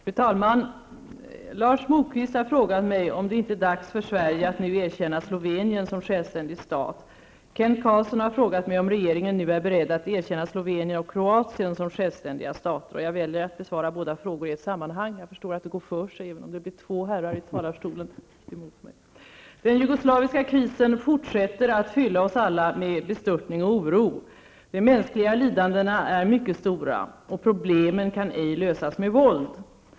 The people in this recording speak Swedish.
Fru talman! Lars Moquist har frågat mig om det inte är dags för Sverige att nu erkänna Slovenien som självständig stat. Kent Carlsson har frågat mig om regeringen nu är beredd att erkänna Slovenien och Kroatien som självständiga stater. Jag väljer att besvara båda frågorna i ett sammanhang. Den jugoslaviska krisen fortsätter att fylla oss alla med bestörtning och oro. De mänskliga lidandena är mycket stora. Problemen kan ej lösas med våld.